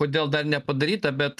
kodėl dar nepadaryta bet